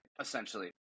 essentially